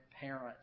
parents